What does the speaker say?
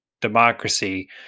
democracy